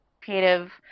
creative